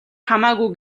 хамаагүй